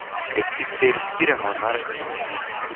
kaip tik tai ir skiria monarchą nuo ministro